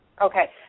Okay